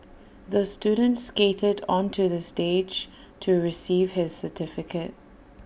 the student skated onto the stage to receive his certificate